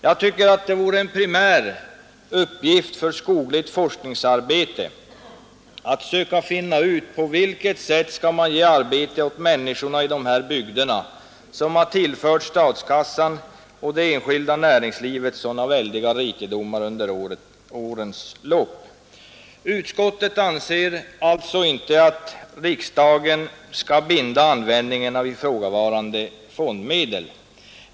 Jag tycker att det vore en primär uppgift för skogligt forskningsarbete att söka finna ut på vilka sätt man skall ge arbete åt människorna i de bygder som har tillfört både statskassan och det enskilda näringslivet väldiga rikedomar under årens lopp. Utskottet anser alltså inte att riksdagen skall binda användningen av ifrågavarande fondmedel.